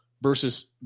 versus